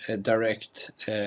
direct